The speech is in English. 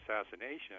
assassination